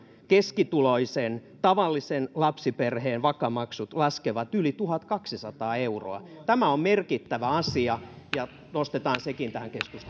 keskituloisen tavallisen lapsiperheen vaka maksut laskevat yli tuhatkaksisataa euroa tämä on merkittävä asia ja nostetaan sekin tähän